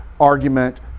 argument